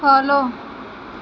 follow